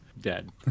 dead